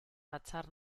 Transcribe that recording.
batzar